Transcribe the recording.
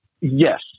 Yes